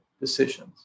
decisions